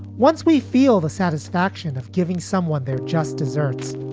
once we feel the satisfaction of giving someone their just desserts,